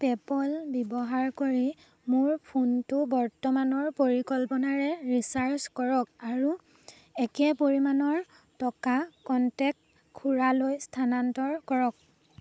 PayPal ব্যৱহাৰ কৰি মোৰ ফোনটো বৰ্তমানৰ পৰিকল্পনাৰে ৰিচাৰ্জ কৰক আৰু একে পৰিমাণৰ টকা কনটেক্ট খুড়ালৈ স্থানান্তৰ কৰক